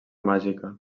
màgica